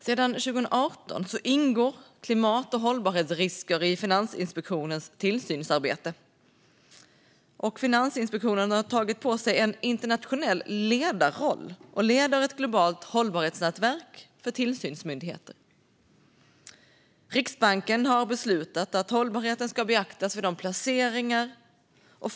Sedan 2018 ingår klimat och hållbarhetsrisker i Finansinspektionens tillsynsarbete. Finansinspektionen har tagit på sig en internationell ledarroll och leder ett globalt hållbarhetsnätverk för tillsynsmyndigheter. Riksbanken har beslutat att hållbarhet ska beaktas vid placeringar.